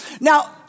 Now